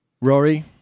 Rory